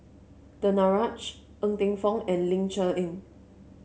Danaraj Ng Teng Fong and Ling Cher Eng